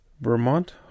Vermont